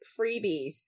freebies